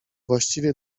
właściwie